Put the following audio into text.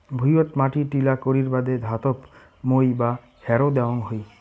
ভুঁইয়ত মাটি ঢিলা করির বাদে ধাতব মই বা হ্যারো দ্যাওয়াং হই